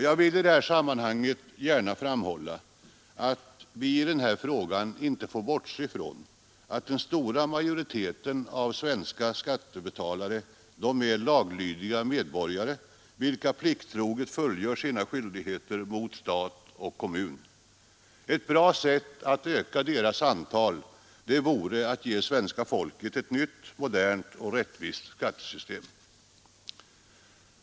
Jag vill i detta sammanhang gärna framhålla att vi i den här frågan får bortse ifrån att den stora majoriteten av de svenska skattebetalarna är laglydiga medborgare, vilka plikttroget fullgör sina skyldigheter mot stat ,och kommun. Ett bra sätt att öka deras antal vore att ge svenska folket ett nytt, modernt och rättvist skattesystem.